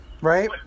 Right